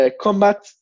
Combat